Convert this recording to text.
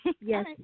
Yes